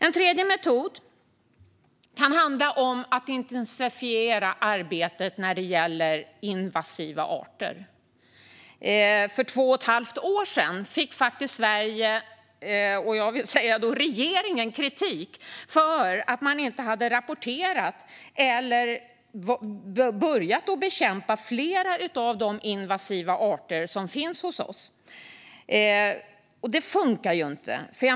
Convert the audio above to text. En tredje metod kan handla om att intensifiera arbetet när det gäller invasiva arter. För två och ett halvt år sedan fick Sverige - och jag vill då säga regeringen - kritik för att man inte hade rapporterat eller börjat bekämpa flera av de invasiva arter som finns hos oss. Det funkar ju inte.